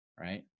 right